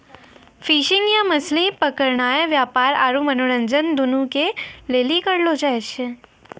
fishing या मछली पकड़नाय व्यापार आरु मनोरंजन दुनू के लेली करलो जाय छै